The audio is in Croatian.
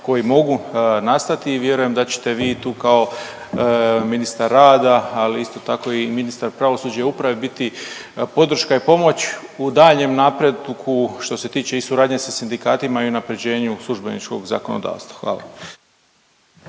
koje mogu nastati i vjerujem da ćete vi tu kao ministar rada, ali isto tako i ministar pravosuđa i uprave biti podrška i pomoć u daljem napretku što se tiče i suradnje sa sindikatima i unapređenju službeničkog zakonodavstva. Hvala.